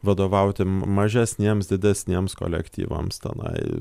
vadovauti mažesniems didesniems kolektyvams tenai